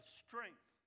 strength